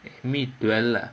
me